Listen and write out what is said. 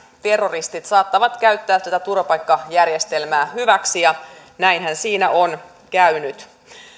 terroristit saattavat käyttää tätä turvapaikkajärjestelmää hyväksi ja näinhän siinä on käynyt